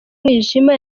umwijima